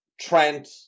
Trent